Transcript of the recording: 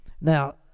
Now